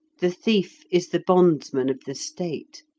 the thief is the bondsman of the state.